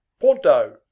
Ponto